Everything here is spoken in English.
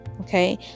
Okay